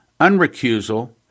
unrecusal